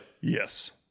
Yes